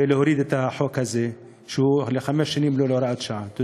ולהוריד את החוק הזה שהוא הוראת שעה לחמש שנים.